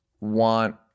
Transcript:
want